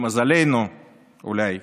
למזלנו אולי,